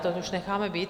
To už necháme být.